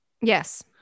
Yes